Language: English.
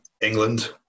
England